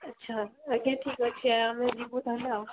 ଆଚ୍ଛା ଆଜ୍ଞା ଠିକ୍ ଅଛି ଆମେ ଯିବୁ ତା'ହେଲେ ଆଉ